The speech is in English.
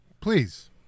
Please